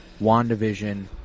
WandaVision